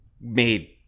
made